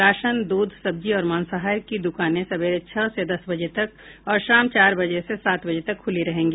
ration दूध सब्जी और मांसाहार की दुकानें सवेरे छह से दस बजे तक और शाम चार बजे से सात बजे तक खुली रहेंगी